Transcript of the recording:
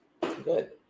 good